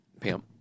Pam